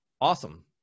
Awesome